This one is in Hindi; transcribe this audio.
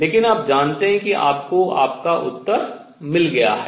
लेकिन आप जानते हैं कि आपको आपका उत्तर मिल गया है